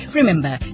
Remember